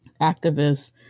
activists